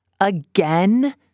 Again